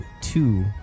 two